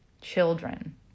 children